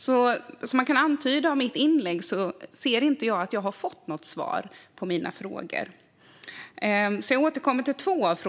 Som man kan ana av mitt inlägg ser jag inte att jag fått något svar på mina frågor, så jag återkommer till två av dem.